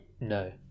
No